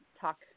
talk